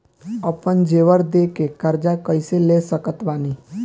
आपन जेवर दे के कर्जा कइसे ले सकत बानी?